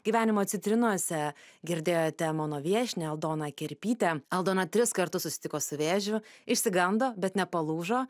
gyvenimo citrinose girdėjote mano viešnią aldoną kerpytę aldona tris kartus susitiko su vėžiu išsigando bet nepalūžo